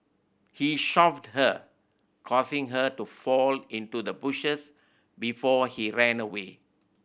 he shoved her causing her to fall into the bushes before he ran away